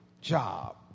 job